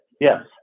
Yes